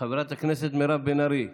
חברת הכנסת מירב בן ארי,